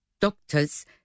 doctors